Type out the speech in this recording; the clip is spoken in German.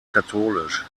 katholisch